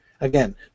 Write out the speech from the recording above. Again